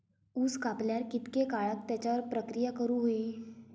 ऊस कापल्यार कितके काळात त्याच्यार प्रक्रिया करू होई?